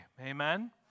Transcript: Amen